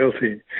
guilty